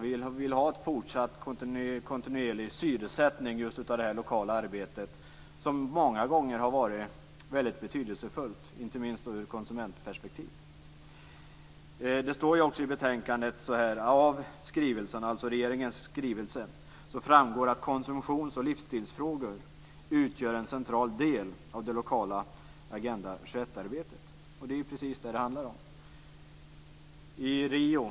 Vi vill ha en fortsatt, kontinuerlig syresättning av det lokala arbetet. Det har många gånger varit väldigt betydelsefullt - inte minst ur konsumentperspektiv. Det står också i betänkandet att det av regeringens skrivelse framgår att konsumtions och livsstilsfrågor utgör en central del av det lokal Agenda 21-arbetet. Det är precis vad det handlar om.